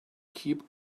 keep